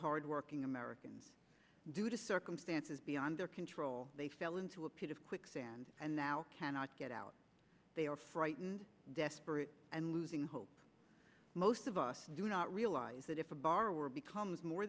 hardworking americans due to circumstances beyond their control they fell into a pit of quicksand and now cannot get out they are frightened desperate and losing hope most of us do not realize that if a borrower becomes more